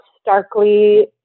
starkly